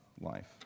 life